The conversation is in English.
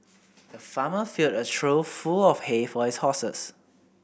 the farmer filled a trough full of hay for his horses